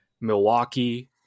Milwaukee